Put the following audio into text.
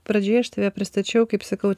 pradžioje aš tave pristačiau kaip sakau